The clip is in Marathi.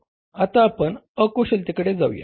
आता आपण अकुशलतेकडे जाऊया